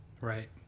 right